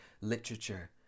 literature